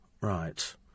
Right